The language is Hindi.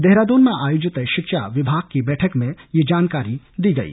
देहरादून में आयोजित शिक्षा विभाग की बैठक में ये जानकारी दी गई